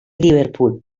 liverpool